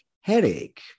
headache